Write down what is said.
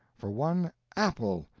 for one apple,